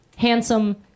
Handsome